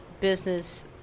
business